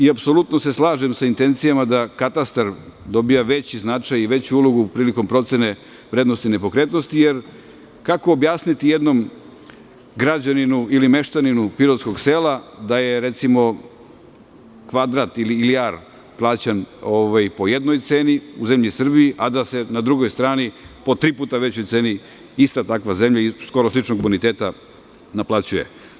Apsolutno se slažem sa intencijama da katastar dobija veći značaj i veću ulogu prilikom procene vrednosti nepokretnosti, jer kako objasniti jednom građaninu ili meštaninu pirotskog sela da je, recimo, kvadrat ili ar plaćan po jednoj ceni u zemlji Srbiji, a da se na drugoj strani po tri puta većoj ceni ista takva zemlja, skoro sličnog boniteta, naplaćuje.